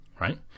right